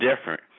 different